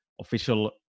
official